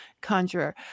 conjurer